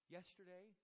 Yesterday